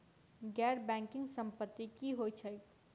गैर बैंकिंग संपति की होइत छैक?